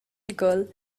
girl